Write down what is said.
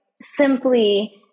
simply